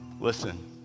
Listen